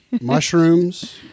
mushrooms